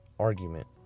argument